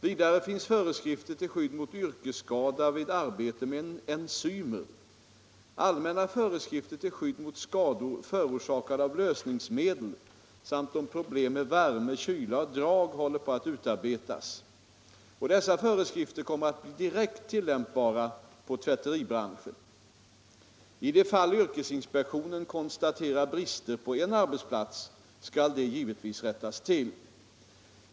Vidare finns föreskrifter till skydd mot yrkesskada vid arbete med enzymer. Allmänna föreskrifter till skydd mot skador förorsakade av lösningsmedel samt om problem med värme, kyla och drag håller på att utarbetas. Dessa föreskrifter kommer att bli direkt tillämpbara på tvätteribranschen. I de fall yrkesinspektionen konstaterar brister på en arbetsplats skall de givetvis rättas till.